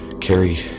carry